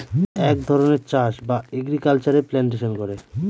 এক ধরনের চাষ বা এগ্রিকালচারে প্লান্টেশন করে